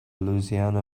louisiana